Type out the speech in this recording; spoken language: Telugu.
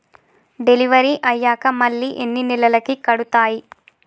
డెలివరీ అయ్యాక మళ్ళీ ఎన్ని నెలలకి కడుతాయి?